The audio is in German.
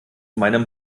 meinem